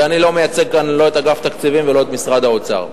ואני לא מייצג כאן לא את אגף התקציבים ולא את משרד האוצר.